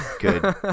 Good